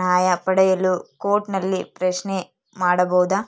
ನ್ಯಾಯ ಪಡೆಯಲು ಕೋರ್ಟ್ ನಲ್ಲಿ ಪ್ರಶ್ನೆ ಮಾಡಬಹುದಾ?